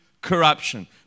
corruption